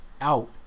out